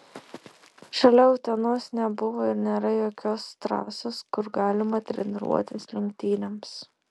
šalia utenos nebuvo ir nėra jokios trasos kur galima treniruotis lenktynėms